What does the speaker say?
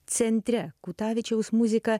centre kutavičiaus muzika